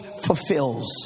fulfills